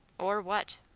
or what.